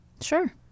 Sure